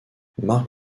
mark